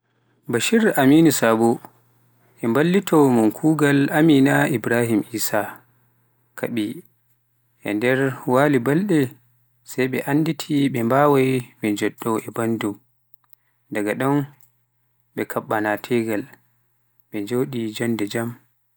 Bashir Aminu e mballitoowo min kuugal Amina Ibrahim Isah, kaɓi e nder waali balɗe sey ɓe annditii ɓe mbaaway ɓe njooddoo e banndu, daga ɗon ɓe kaɓɓanaa teegal, ɓe jooɗi jonnde jam.